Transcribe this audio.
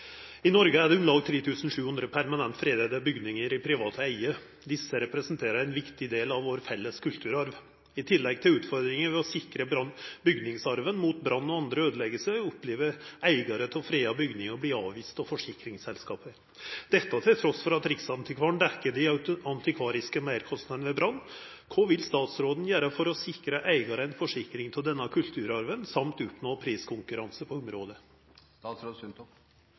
Norge er det om lag 3 700 permanent fredede bygninger i privat eie. Disse representerer en viktig del av vår felles kulturarv. I tillegg til utfordringen ved å sikre bygningsarven mot brann og andre ødeleggelser, opplever eiere av fredede bygninger å bli avvist av forsikringsselskapene. Dette til tross for at Riksantikvaren dekker de antikvariske merkostnadene ved brann. Hva vil statsråden gjøre for å sikre eierne forsikring av denne kulturarven, samt oppnå priskonkurranse på området?»